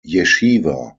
yeshiva